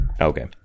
Okay